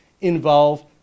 involve